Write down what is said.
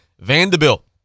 Vanderbilt